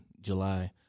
July